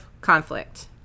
conflict